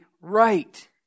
right